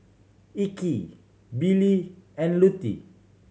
Ike Billie and Lutie